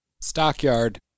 Stockyard